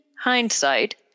hindsight